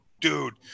dude